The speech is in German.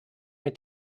mit